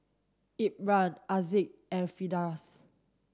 Imran Aziz and Firdaus